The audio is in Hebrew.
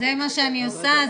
זה מה שאני עושה,